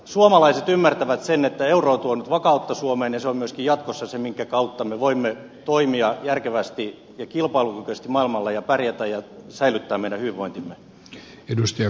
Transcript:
suomalaiset ymmärtävät sen että euro on tuonut vakautta suomeen ja se on myöskin jatkossa se minkä kautta me voimme toimia järkevästi ja kilpailukykyisesti maailmalla pärjätä ja säilyttää meidän hyvinvointimme